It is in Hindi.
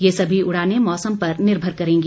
ये सभी उड़ानें मौसम पर निर्मर करेंगी